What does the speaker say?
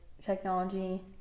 technology